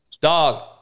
dog